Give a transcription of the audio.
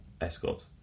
escorts